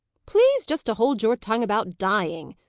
please just to hold your tongue about dying,